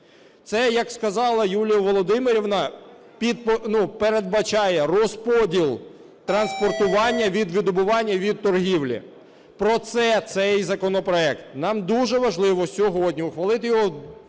Це, як сказала Юлія Володимирівна, передбачає розподіл транспортування від видобування і від торгівлі. Про це цей законопроект. Нам дуже важливо сьогодні ухвалити його